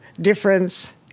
difference